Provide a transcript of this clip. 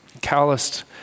calloused